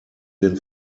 den